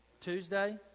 Tuesday